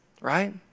Right